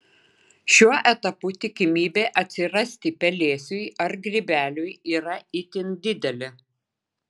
šiuo etapu tikimybė atsirasti pelėsiui ar grybeliui yra itin didelė